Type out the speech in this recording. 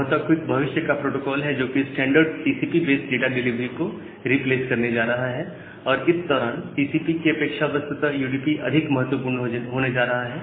संभवत क्विक भविष्य का प्रोटोकॉल है जो कि standard TCP based data delivery को रिप्लेस करने जा रहा है और इस दौरान टीसीपी की अपेक्षा वस्तुतः यूडीपी अधिक महत्वपूर्ण होने जा रहा है